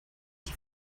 die